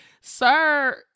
Sir